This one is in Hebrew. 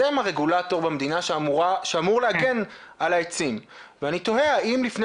אתם הרגולטור במדינה שאמור להגן על העצים ואני תוהה האם לפני